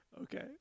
Okay